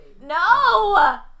No